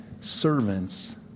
servants